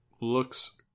Looks